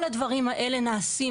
כל הדברים האלה נעשים,